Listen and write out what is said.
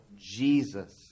Jesus